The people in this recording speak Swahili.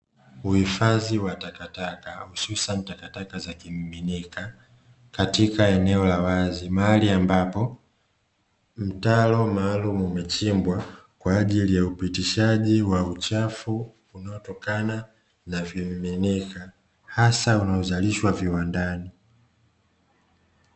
Uhifadhi wa takataka hususani takataka za kimiminika katika eneo la wazi, mahali ambapo mtaro maalumu umechimbwa kwa ajili ya upitishaji wa uchafu, unaotokana na vimiminika, hasa unaozalishwa viwandani.